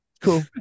cool